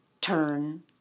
turn